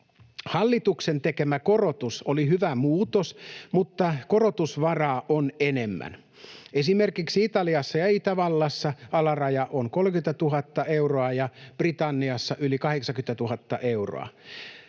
Hallituksen tekemä korotus oli hyvä muutos, mutta korotusvaraa on enemmän. Esimerkiksi Italiassa ja Itävallassa alaraja on 30 000 euroa ja Britanniassa yli 80 000 euroa.